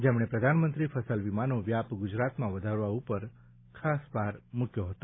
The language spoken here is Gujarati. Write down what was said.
જેમણે પ્રધાનમંત્રી ફસલ વીમાનો વ્યાપ ગુજરાતમાં વધારવા ઉપર ખાસ મૂક્યો હતો